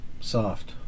Soft